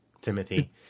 Timothy